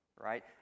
right